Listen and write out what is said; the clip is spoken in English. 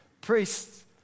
priests